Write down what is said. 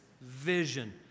vision